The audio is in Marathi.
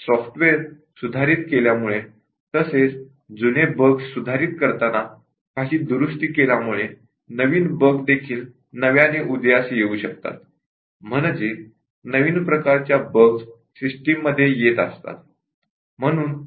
सॉफ्टवेअर सुधारीत केल्यामुळे तसेच जुने बग्स सुधारित करताना काही दुरुस्ती केल्यामुळे काही नवीन बग देखील नव्याने उदयास येऊ शकतात म्हणजेच नवीन प्रकारच्या बग सिस्टिम मध्ये येत असतात